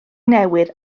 newydd